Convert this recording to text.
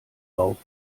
bauch